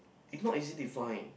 it not easy defined